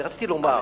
רציתי לומר,